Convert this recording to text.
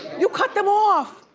you cut them off?